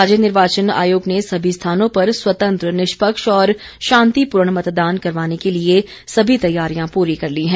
राज्य निर्वाचन आयोग ने सभी स्थानों पर स्वतंत्र निष्पक्ष और शांतिपूर्ण मतदान करवाने के लिए सभी तैयारियां पूरी कर ली हैं